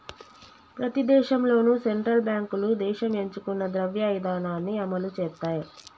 ప్రతి దేశంలోనూ సెంట్రల్ బ్యాంకులు దేశం ఎంచుకున్న ద్రవ్య ఇధానాన్ని అమలు చేత్తయ్